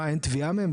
אין תביעה בהם?